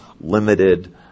limited